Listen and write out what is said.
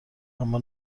اما